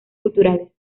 culturales